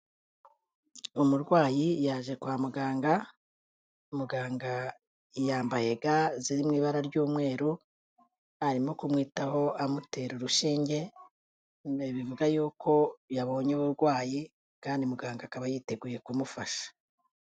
Umurwayi yaje kwa muganga, muganga yambaye ga ziri mu ibara ry'umweru, arimo kumwitaho amutera urushinge, bivuga yuko yabonye uburwayi kandi muganga akaba yiteguye kumufasha.